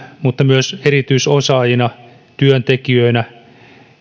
mutta myös erityisosaajina työntekijöinä